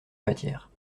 matière